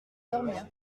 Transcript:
dormir